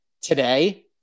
today